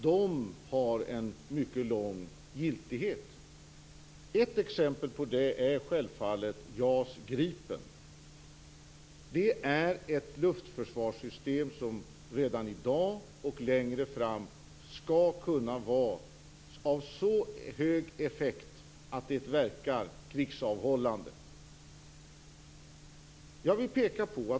De har en mycket lång giltighet. Ett exempel på det är självfallet JAS Gripen. Det är ett luftförsvarssystem som redan i dag har och längre fram skall kunna ha så hög effekt att det verkar krigsavhållande.